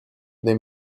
the